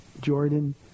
Jordan